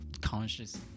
conscious